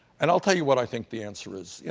and i'll tell you what i think the answer is, you